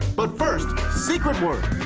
but first, secret word.